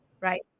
right